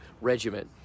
regiment